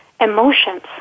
emotions